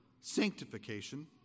sanctification